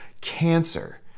Cancer